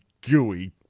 gooey